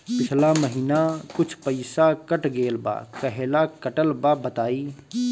पिछला महीना कुछ पइसा कट गेल बा कहेला कटल बा बताईं?